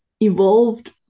evolved